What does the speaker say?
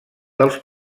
dels